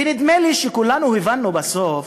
ונדמה לי שכולנו הבנו בסוף,